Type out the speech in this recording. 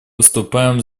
выступаем